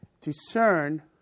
discern